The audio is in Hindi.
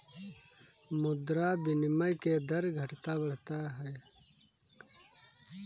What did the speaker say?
मुद्रा विनिमय के दर घटता बढ़ता रहता है